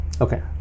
Okay